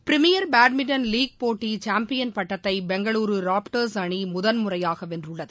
premier badminton போட்டிசாம்பியன் பட்டத்தைபெங்களூருராப்டர்ஸ் அணிமுதல் முறையாகவென்றுள்ளது